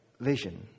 vision